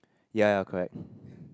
ya ya correct